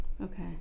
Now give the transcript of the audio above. Okay